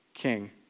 king